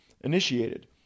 initiated